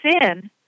sin